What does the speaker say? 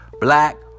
black